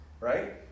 Right